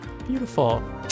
beautiful